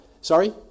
sorry